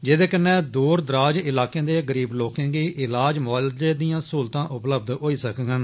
जेह्दे कन्नै दूर दराज ईलाकें दे गरीब लोकें गी ईलाज मुआलजें दियां स्हूलतां उपलब्य होई सकडन